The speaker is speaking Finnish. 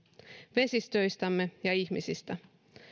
vesistöistämme ja ihmisistä